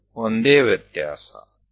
ಇದು ಒಂದೇ ವ್ಯತ್ಯಾಸ